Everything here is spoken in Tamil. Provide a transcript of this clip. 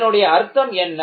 இதனுடைய அர்த்தம் என்ன